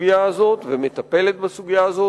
בסוגיה הזאת ומטפלת בסוגיה הזאת.